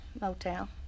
motel